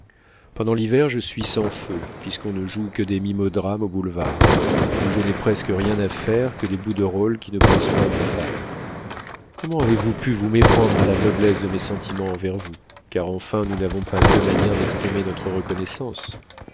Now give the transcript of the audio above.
pendant l'hiver je suis sans feux puisqu'on ne joue que des mimodrames au boulevard où je n'ai presque rien à faire que des bouts de rôle qui ne posent pas une femme comment avez-vous pu vous méprendre à la noblesse de mes sentiments envers vous car enfin nous n'avons pas deux manières d'exprimer notre reconnaissance